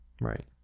Right